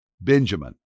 Benjamin